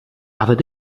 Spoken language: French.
avait